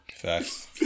Facts